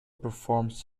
performs